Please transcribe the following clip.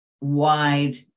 wide